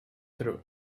through